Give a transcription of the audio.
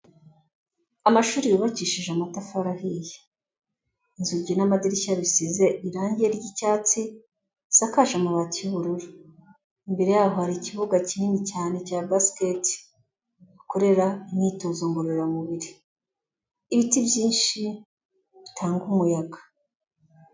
Amashuri yubakishije amatafari ahiye. Inzugi n'amadirishya bisize irangi ry'icyatsi, zisakaje amabati y'ubururu. Imbere yaho hari ikibuga kinini cyane cya Basket bakorera imyitozo ngororamubiri. Ibiti byinshi bitanga umuyaga.